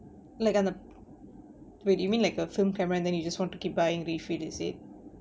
like அந்த:antha wait you mean like a film camera and then you just want to keep buying refill is it